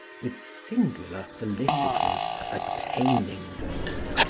with singular felicity attaining them.